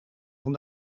van